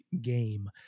game